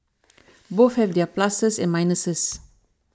both have their pluses and minuses